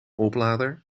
oplader